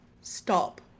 stop